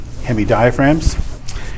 hemidiaphragms